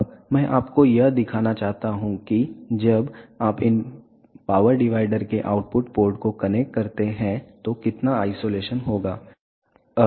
अब मैं आपको यह दिखाना चाहता हूं कि जब आप इन पावर डिवाइडर के आउटपुट पोर्ट को कनेक्ट करते हैं तो कितना आइसोलेशन होगा